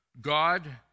God